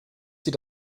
sie